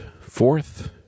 fourth